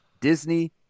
Disney